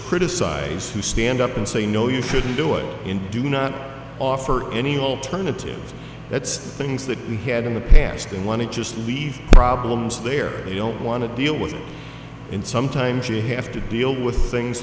criticize who stand up and say no you shouldn't do it in do not offer any alternatives that's things that we had in the past and want to just leave problems there you don't want to deal with and sometimes you have to deal with things